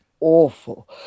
awful